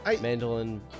mandolin